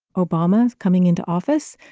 obama is coming into office,